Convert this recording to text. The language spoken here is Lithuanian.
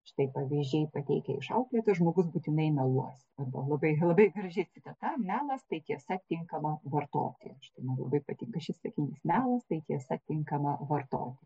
štai pavyzdžiai pateikia išauklėtas žmogus būtinai meluos arba labai labai graži citata melas tai tiesa tinkama vartoti štai man labai patinka šis sakinys melas tai tiesa tinkama vartoti